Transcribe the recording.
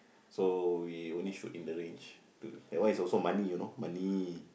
so we only shoot in the range that one is also money you know money